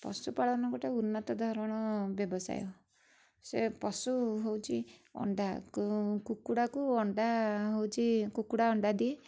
ପଶୁପାଳନ ହେଉଛି ଏକ ଉନ୍ନତ ଧାରଣର ବ୍ୟବସାୟ ସେ ପଶୁ ହେଉଛି ଅଣ୍ଡା କୁକୁଡ଼ାକୁ ଅଣ୍ଡା ହେଉଛି କୁକୁଡ଼ା ଅଣ୍ଡା ଦିଏ